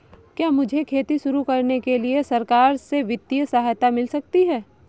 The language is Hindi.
क्या मुझे खेती शुरू करने के लिए सरकार से वित्तीय सहायता मिल सकती है?